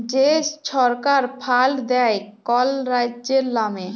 যে ছরকার ফাল্ড দেয় কল রাজ্যের লামে